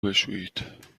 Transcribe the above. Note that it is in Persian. بشویید